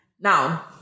now